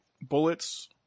bullets